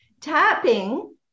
tapping